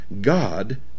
God